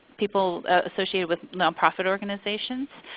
people associated with non-profit organizations,